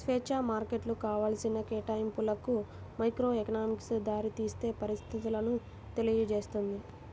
స్వేచ్ఛా మార్కెట్లు కావాల్సిన కేటాయింపులకు మైక్రోఎకనామిక్స్ దారితీసే పరిస్థితులను తెలియజేస్తుంది